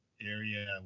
area